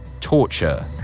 Torture